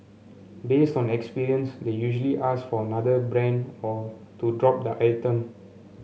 based on experience they usually ask for another brand or to drop the item